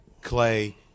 Clay